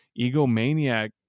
egomaniac